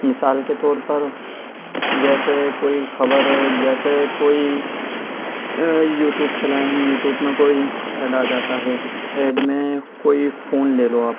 مثال کے طور پر جیسے کوئی خبر جیسے کوئی یوٹیوب چلائیں ہم یوٹیوب میں کوئی ایڈ آ جاتا ہے ایڈ میں کوئی فون لے لو آپ